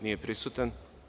Nije prisutan.